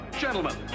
Gentlemen